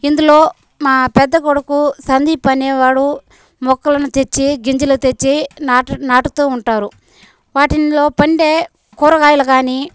ఇందులో మా పెద్ద కొడుకు సందీప్ అనేవాడు మొక్కలను తెచ్చి గింజలు తెచ్చి నాటు నాటుతూ ఉంటారు వాటిలో పండే కూరగాయలు గానీ